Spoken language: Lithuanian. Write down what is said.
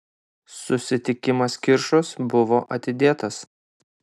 susitikimas kiršuos buvo atidėtas